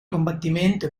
combattimento